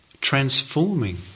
transforming